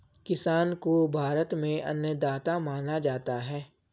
किसान को भारत में अन्नदाता माना जाता है